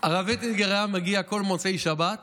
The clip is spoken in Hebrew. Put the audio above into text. הרב אטינגר היה מגיע כל מוצאי שבת